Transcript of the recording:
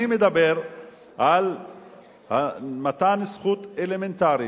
אני מדבר על מתן זכות אלמנטרית.